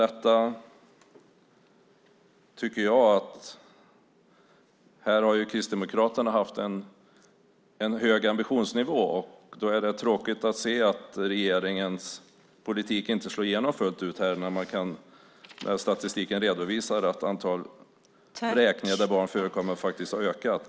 Jag tycker att Kristdemokraterna har haft en hög ambitionsnivå här, och då är det tråkigt att se att regeringens politik inte slår igenom fullt ut eftersom statistiken redovisar att antalet vräkningar där barn förekommer har ökat.